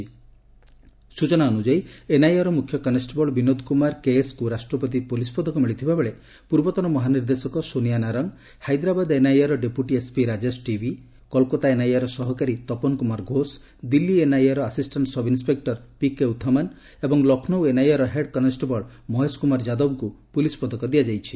ମିଳିଥିବା ସୂଚନା ଅନୁଯାୟୀ ଏନ୍ଆଇଏର ମୁଖ୍ୟ କନେଷ୍ଟବଳ ବିନୋଦ କୁମାର କେଏସ୍ଙ୍କୁ ରାଷ୍ଟ୍ରପତି ପୁଲିସ୍ ପଦକ ମିଳିଥିବା ବେଳେ ପୂର୍ବତନ ମହାନିର୍ଦ୍ଦେଶକ ସୋନିଆ ନାରଙ୍ଗ ହାଇଦ୍ରାବାଦ୍ ଏନ୍ଆଇଏର deputy SP Rajesh TV Kolkata ଏନ୍ଆଇଏର ସହକାରୀ ତପନ କୁମାର ଘୋଷ ଦିଲ୍ଲୀ ଏନ୍ଆଇଏର ଆସିଷ୍ଟାଣ୍ଟ ସବ୍ଇନିସପେକୁର ପିକେ ଉଥମନ୍ ଏବଂ ଲକ୍ଷ୍ମୌ ଏନ୍ଆଇଏର ହେଡ୍ କନ୍ଷ୍ଟବଳ ମହେଶ କୁମାର ଯାଦବଙ୍କୁ ପୁଲିସ୍ ପଦକ ଦିଆଯାଇଛି